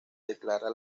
declara